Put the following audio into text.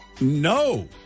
No